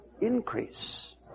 increase